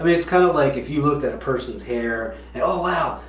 but it's kind of like if you looked at a person's hair, and oh wow,